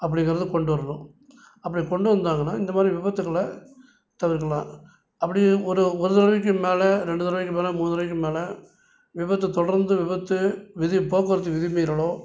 அப்படிங்கிறத கொண்டு வரணும் அப்படி கொண்டு வந்தாங்கன்னால் இந்த மாதிரி விபத்துக்களை தவிர்க்கலாம் அப்படியே ஒரு ஒரு தடவைக்கு மேலே ரெண்டு தடவைக்கு மேலே மூணு தடவைக்கு மேலே விபத்து தொடர்ந்து விபத்து விதி போக்குவரத்து விதிமீறலோ